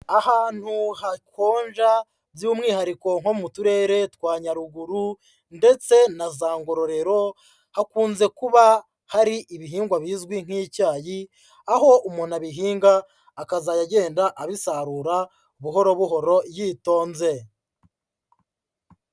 Ahantu hakonja by'umwihariko nko mu turere twa Nyaruguru ndetse na za Ngororero, hakunze kuba hari ibihingwa bizwi nk'icyayi, aho umuntu abihinga akazajya agenda abisarura buhoro buhoro yitonze.